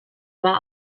war